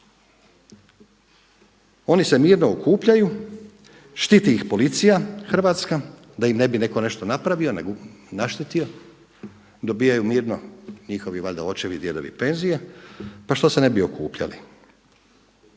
Oni se mirno okupljaju, štiti ih policija hrvatska da im ne bi netko nešto napravio, naštetio, dobivaju mirno, njihovi valjda očevi, djedovi penzije pa što se ne bi okupljali.